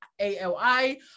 A-L-I